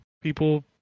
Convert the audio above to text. people